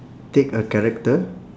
take a character